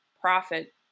profit